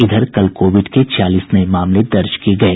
इधर कल कोविड के छियालीस नये मामले दर्ज किये गये